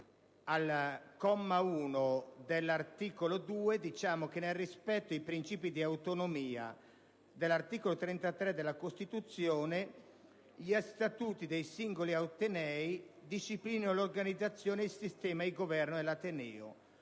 al comma 1 dell'articolo 2 sia detto che «nel rispetto dei principi di autonomia stabiliti dall'articolo 33 della Costituzione» gli statuti dei singoli atenei disciplinino l'organizzazione e il sistema di governo dell'ateneo,